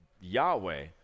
Yahweh